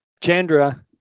Chandra